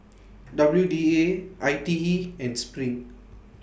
W D A I T E and SPRING